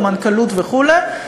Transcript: מנכ"לות וכו'.